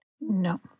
No